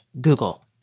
Google